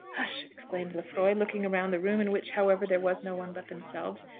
h'sh! exclaimed lefroy, looking round the room, in which, however, there was no one but themselves.